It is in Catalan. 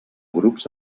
grups